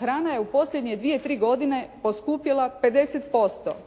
Hrana je u posljednje dvije, tri godine poskupljela 50%.